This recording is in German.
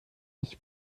ich